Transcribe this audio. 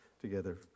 together